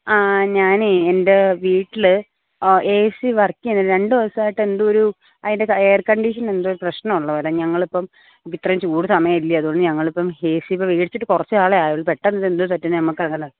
ആ ഞാൻ എൻ്റെ വീട്ടിൽ എ സി വർക്ക് ചെയ്യുന്നില്ല രണ്ടു ദിവസായിട്ട് എന്തോ ഒരു അതിൻ്റെ എയർ കണ്ടിഷന് എന്തോ പ്രശ്നം ഉള്ളത് പോലെ ഞങ്ങൾ ഇപ്പോൾ ഇത് ഇത്രയും ചൂട് സമയമല്ലേ അതുകൊണ്ട് ഞങ്ങൾ ഇപ്പോൾ എ സി ഇപ്പോൾ വേടിച്ചിട്ട് കുറച്ചു കാലമെ ആയുള്ളു പെട്ടെന്ന് ഇത് എന്താണ് പറ്റിയതെന്ന് നമ്മൾക്കറിയില്ല